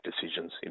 decisions